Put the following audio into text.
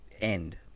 End